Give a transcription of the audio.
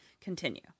Continue